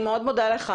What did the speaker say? אני מאוד מודה לך.